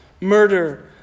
murder